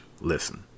Listen